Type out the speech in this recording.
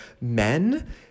men